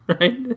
right